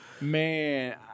Man